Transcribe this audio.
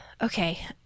okay